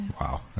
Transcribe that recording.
Wow